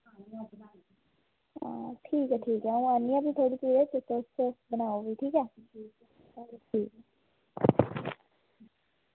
हां ठीक ऐ ठीक ऐ अ'ऊं आन्नी आं फ्ही थोह्ड़े चिरें तुस बनाओ फ्ही ठीक ऐ ठीक